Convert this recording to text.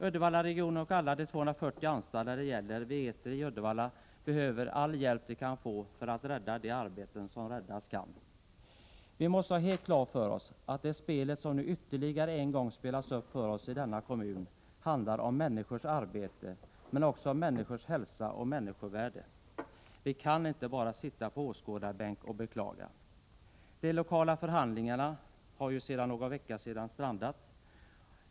Uddevallaregionen och alla de 240 anställda vid Etri i Uddevalla behöver all hjälp de kan få för att man skall kunna rädda de arbeten som räddas kan. Vi måste ha helt klart för oss att det spel som nu ytterligare en gång spelas upp för oss i denna kommun handlar om människors arbete, men också om människors hälsa och människovärde. Vi kan inte bara sitta på åskådarbänk och beklaga. De lokala förhandlingarna strandade ju för någon vecka sedan.